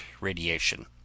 radiation